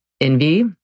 envy